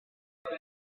drop